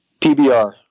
PBR